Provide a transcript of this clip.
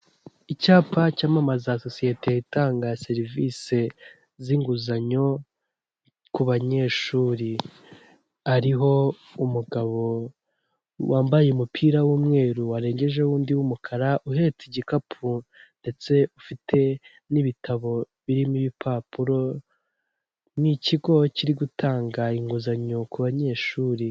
Icyapa cyamamaza sosiyete itanga serivisi z'inguzanyo ku banyeshuri, hariho umugabo wambaye umupira w'umweru warengejeho undi w'umukara uhetse igikapu ndetse ufite n'ibitabo birimo impapuro, ni ikigo kiri gutanga inguzanyo ku banyeshuri.